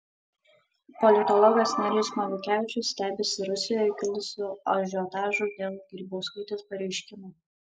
politologas nerijus maliukevičius stebisi rusijoje kilusiu ažiotažu dėl grybauskaitės pareiškimų